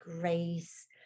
grace